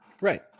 Right